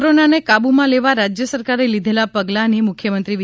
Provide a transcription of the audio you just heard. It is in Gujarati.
કોરોનાને કાબુમાં લેવા રાજ્ય સરકારે લીધેલા પગલાંની મુખ્યમંત્રી